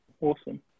Awesome